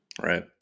Right